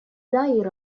diet